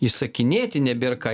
įsakinėti nebėr ką